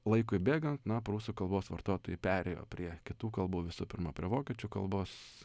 laikui bėgant na prūsų kalbos vartotojai perėjo prie kitų kalbų visų pirma prie vokiečių kalbos